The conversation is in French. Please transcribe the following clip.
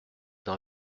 dans